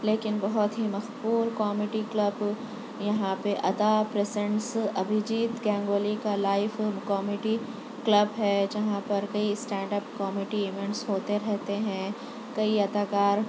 لیکن بہت ہی مقبول کامیڈی کلب یہاں پہ ادا پریزنٹس ابھیجیت گانگولی کا لائیف کامیڈی کلب ہے جہاں پر کئی اسٹینڈاپ کامیڈی ایوینٹس ہوتے رہتے ہیں کئی اداکار